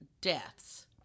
deaths